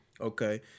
Okay